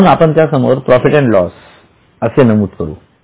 म्हणून आपण त्या समोर प्रॉफिटअँडलॉस PL असे नमूद करू